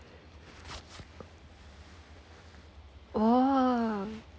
!wah!